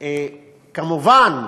כמובן,